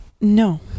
No